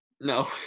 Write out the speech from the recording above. No